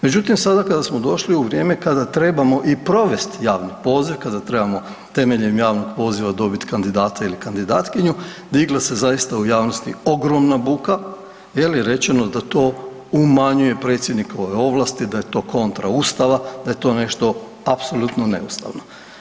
Međutim, sada kada smo došli u vrijeme kada trebamo i provesti javni poziv, kada trebamo temeljem javnog poziva dobiti kandidata ili kandidatkinju, digla se zaista u javnosti ogromna buka jer je rečeno da to umanjuje predsjednikove ovlasti, da je to kontra Ustava, da je to nešto apsolutno neustavno.